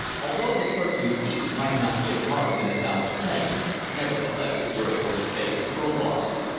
although the clerk's receipt might not give morrison a valid claim nevertheless it would afford basis for a lawsuit.